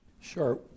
Sure